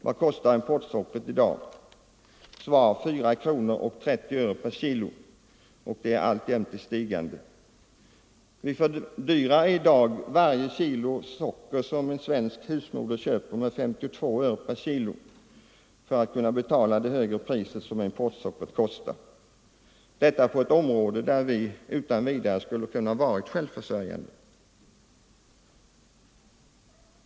Vad kostar importsockret i dag? Svar: 4 kronor och 30 öre per kilo. Priset är alltjämt i stigande. Vi fördyrar i dag varje kilo socker som en svensk husmoder köper med 52 öre per kilo för att kunna betala det högre priset på importsockret, detta på ett område där vi utan vidare kunde ha varit självförsörjande.